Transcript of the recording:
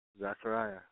Zechariah